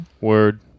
Word